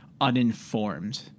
uninformed